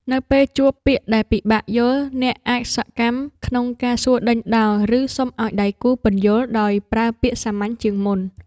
នៅពេលជួបពាក្យដែលពិបាកយល់ អ្នកអាចសកម្មក្នុងការសួរដេញដោល ឬសុំឱ្យដៃគូពន្យល់ដោយប្រើពាក្យសាមញ្ញជាងមុន។